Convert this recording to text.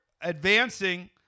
advancing